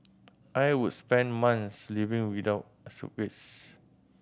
I would spend month living without a suitcase